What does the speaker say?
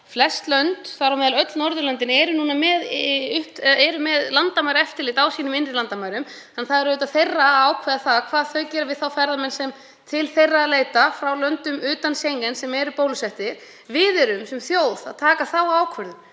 Flest lönd, þar á meðal öll Norðurlöndin, eru núna með landamæraeftirlit á innri landamærum sínum. Það er auðvitað þeirra að ákveða hvað þau gera við þá ferðamenn sem til þeirra leita frá löndum utan Schengen og eru bólusettir. Við erum sem þjóð að taka þá ákvörðun